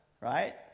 right